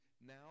now